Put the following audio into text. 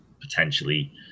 potentially